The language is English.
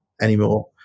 anymore